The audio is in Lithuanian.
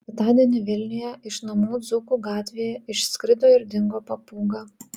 ketvirtadienį vilniuje iš namų dzūkų gatvėje išskrido ir dingo papūga